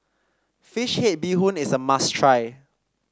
fish head Bee Hoon is a must try